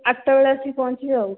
ଆଠଟା ବେଳେ ଆସିକି ପହଞ୍ଚିବେ ଆଉ